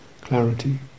clarity